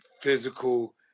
physical